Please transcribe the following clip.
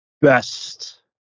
best